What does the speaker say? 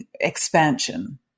expansion